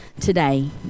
today